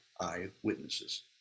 eyewitnesses